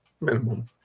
minimum